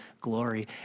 glory